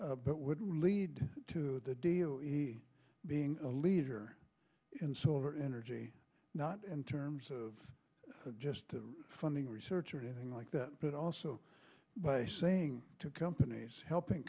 but would lead to the deal being a leader in solar energy not in terms of just funding research or anything like that but also by saying to companies helping